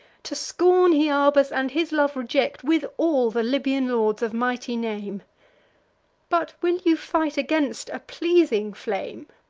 to scorn hyarbas, and his love reject, with all the libyan lords of mighty name but will you fight against a pleasing flame!